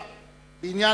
שהן חשובות ביותר,